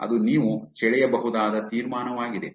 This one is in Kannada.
ಅದು ನೀವು ಸೆಳೆಯಬಹುದಾದ ತೀರ್ಮಾನವಾಗಿದೆ